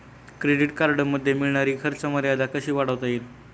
Credit कार्डमध्ये मिळणारी खर्च मर्यादा कशी वाढवता येईल?